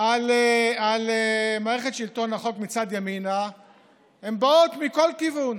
על מערכת שלטון החוק מצד ימינה באות מכל כיוון.